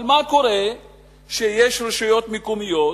אבל מה קורה כשיש רשויות מקומיות